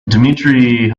dmitry